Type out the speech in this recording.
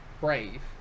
Brave